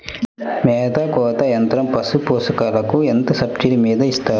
మేత కోత యంత్రం పశుపోషకాలకు ఎంత సబ్సిడీ మీద ఇస్తారు?